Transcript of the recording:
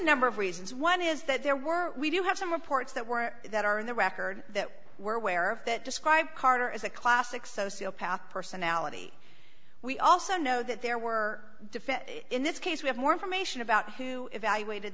number of reasons one is that there were we do have some reports that were that are in the record that we're aware of that describe carter as a classic sociopath personality we also know that there were different in this case we have more information about who evaluated